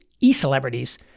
e-celebrities